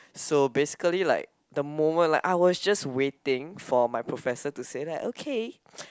so basically like the moment like I was just waiting for my professor to say that okay